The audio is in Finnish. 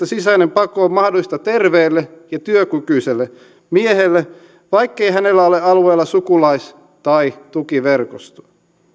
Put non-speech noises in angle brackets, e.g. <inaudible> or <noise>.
<unintelligible> sisäinen pako on mahdollista terveelle ja työkykyiselle miehelle vaikkei hänellä ole ole alueella sukulais tai tukiverkostoa